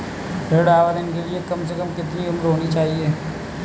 ऋण आवेदन के लिए कम से कम कितनी उम्र होनी चाहिए?